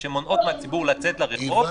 מהציבור לצאת לרחוב,